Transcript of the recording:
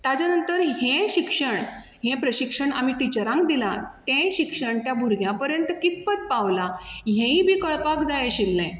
ताज्या नंतर हें शिक्षण हें प्रशिक्षण आमी टिचरांक दिलां तें शिक्षण त्या भुरग्या पर्यंत कितपत पावलां हेंवूय बी कळपाक जाय आशिल्लें